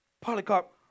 Polycarp